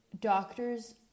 Doctors